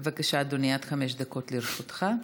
בבקשה, אדוני, עד חמש דקות לרשותך.